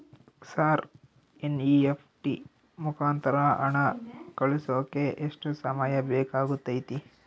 Sir NEFT ಮುಖಾಂತರ ಹಣ ಕಳಿಸೋಕೆ ಎಷ್ಟು ಸಮಯ ಬೇಕಾಗುತೈತಿ?